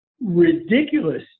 ridiculous